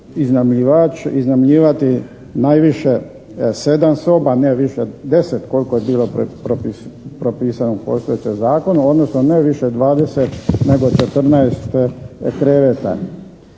iznajmljivati najviše sedam soba a ne više deset koliko je bilo propisano u postojećem zakonu odnosno ne više dvadeset nego četrnaest kreveta.